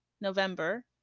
November